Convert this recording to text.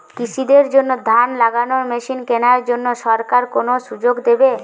কৃষি দের জন্য ধান লাগানোর মেশিন কেনার জন্য সরকার কোন সুযোগ দেবে?